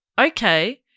Okay